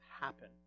happen